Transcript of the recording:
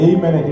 Amen